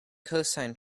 cosine